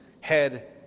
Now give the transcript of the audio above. head